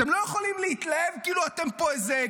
אתם לא יכולים להתלהב כאילו אתם פה איזה,